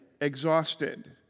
exhausted